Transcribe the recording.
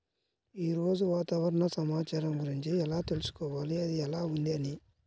ఈరోజు వాతావరణ సమాచారం గురించి ఎలా తెలుసుకోవాలి అది ఎలా ఉంది అని?